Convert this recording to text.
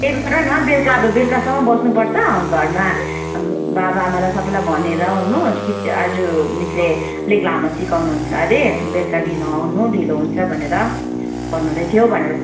यसो गर न बेलुका आज बेलुकासम्म बस्नु पर्छ घरमा बाबा आमालाई सबैलाई भनेर आउनु आजु मिसले अलिक लामो सिकाउनु हुन्छ अरे बेलका लिनु आउनु ढिलो हुन्छ भनेर भन्नु हुँदैथ्यो भनेर